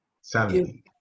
Sammy